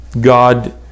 God